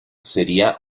sería